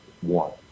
one